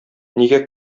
нигә